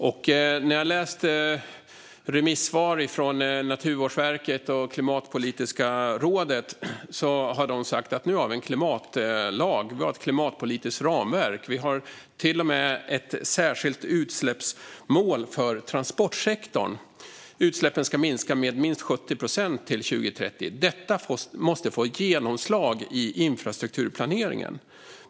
Jag har läst remissvaren från Naturvårdsverket och Klimatpolitiska rådet, som har sagt att nu har vi en klimatlag, ett klimatpolitiskt ramverk och till och med ett särskilt utsläppsmål för transportsektorn. Utsläppen ska minska med minst 70 procent till 2030. Detta måste få ett genomslag i infrastrukturplaneringen.